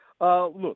Look